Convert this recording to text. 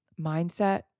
mindset